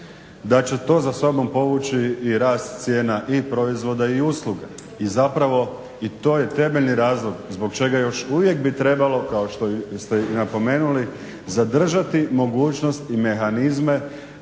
da će to za sobom povući i rast cijena i proizvoda i usluga. I zapravo i to je temeljni razlog zbog čega još uvijek bi trebalo kao što ste i napomenuli zadržati mogućnost i mehanizme